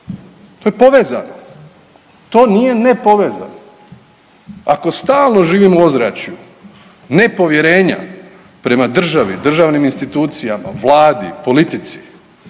To je povezano. To nije nepovezano. Ako stalno živimo u ozračju nepovjerenja prema državi, državnim institucijama, vladi, politici